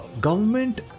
government